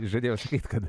žadėjau sakyt kad